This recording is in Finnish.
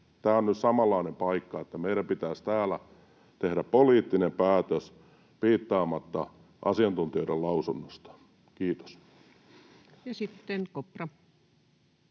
tämä on nyt samanlainen paikka, että meidän pitäisi täällä tehdä poliittinen päätös piittaamatta asiantuntijoiden lausunnosta. — Kiitos. Ja sitten Kopra.